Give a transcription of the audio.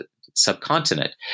subcontinent